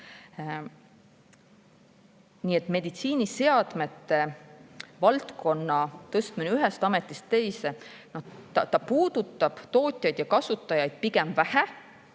koos. Meditsiiniseadmete valdkonna tõstmine ühest ametist teise puudutab tootjaid ja kasutajaid pigem vähe